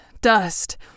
dust